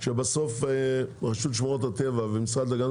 שבסוף רשות שמורות הטבע ומשרד להגנה,